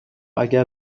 اگر